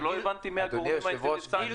גיל